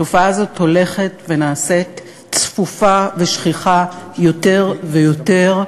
התופעה הזאת הולכת ונעשית צפופה ושכיחה יותר ויותר,